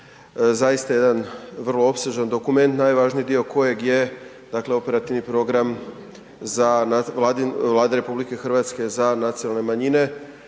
zaista jedan vrlo opsežan dokument najvažniji dio kojeg je dakle operativni program za, Vlade RH za nacionalne manjine